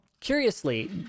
Curiously